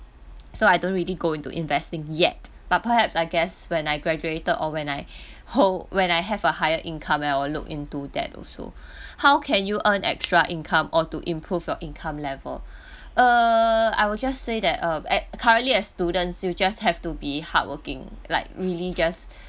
so I don't really go into investing yet but perhaps I guess when I graduated or when I hold when I have a higher income then I will look into that also how can you earn extra income or to improve your income level err I will just say that uh a~ currently as students you just have to be hardworking like really just